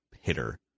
hitter